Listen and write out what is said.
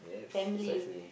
family